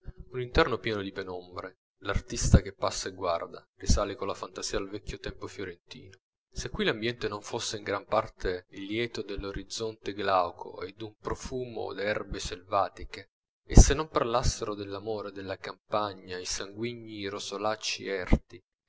un interno pieno di penombre l'artista che passa e guarda risale con la fantasia al vecchio tempo fiorentino se qui l'ambiente non fosse in gran parte lieto dell'orizzonte glauco e d'un profumo d'erbe selvatiche e se non parlassero dell'amore della campagna i sanguigni rosolacci erti